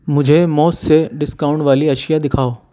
مجھے موز سے ڈسکاؤنٹ والی اشیاء دکھاؤ